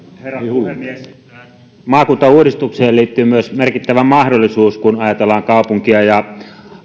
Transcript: herra puhemies tähän maakuntauudistukseen liittyy myös merkittävä mahdollisuus kun ajatellaan kaupunkeja ja